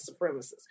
supremacists